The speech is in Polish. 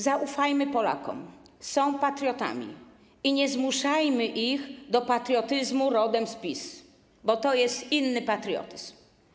Zaufajmy Polakom, są patriotami i nie zmuszajmy ich do patriotyzmu rodem z PiS, bo to jest inny patriotyzm.